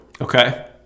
okay